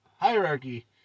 Hierarchy